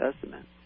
Testament